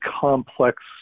complex